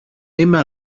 είμαι